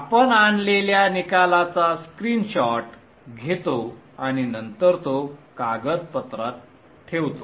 आपण आणलेल्या निकालाचा स्क्रीनशॉट घेतो आणि नंतर तो कागदपत्रात ठेवतो